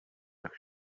tak